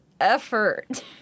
effort